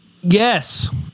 Yes